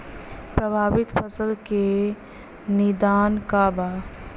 प्रभावित फसल के निदान का बा?